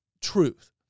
truth